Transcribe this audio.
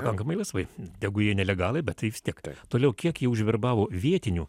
pakankamai laisvai tegu jie nelegaliai bet tai vis tiek toliau kiek jie užverbavo vietinių